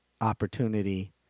opportunity